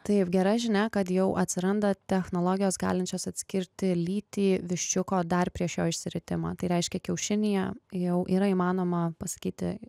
taip gera žinia kad jau atsiranda technologijos galinčios atskirti lytį viščiuko dar prieš jo išsiritimą tai reiškia kiaušinyje jau yra įmanoma pasakyti